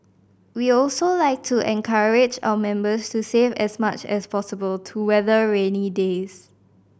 we also like to encourage our members to save as much as possible to weather rainy days